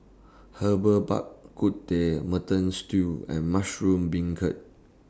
Herbal Bak Ku Teh Mutton Stew and Mushroom Beancurd